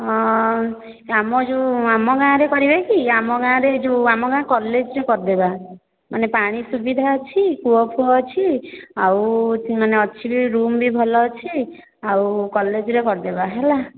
ଆମ ଯେଉଁ ଆମ ଗାଁ ରେ କରିବାକି ଆମ ଗାଁରେ ଯେଉଁ ଆମ ଗାଁ କଲେଜରେ କରିଦେବା ମାନେ ପାଣି ସୁବିଧା ଅଛି କୂଅ ଫୁଅ ଅଛି ଆଉ ମାନେ ଅଛି ରୁମ ବି ଭଲ ଅଛି ଆଉ କଲେଜରେ କରିଦେବା ହେଲା